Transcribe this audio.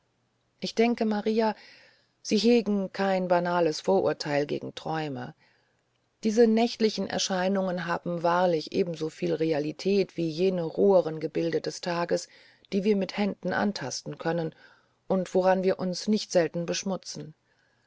ich denke maria sie hegen kein banales vorurteil gegen träume diese nächtlichen erscheinungen haben wahrlich ebensoviel realität wie jene roheren gebilde des tages die wir mit händen antasten können und woran wir uns nicht selten beschmutzen